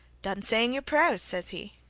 done saying your prayers says he.